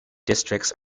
districts